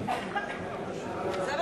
משלמים ארנונה?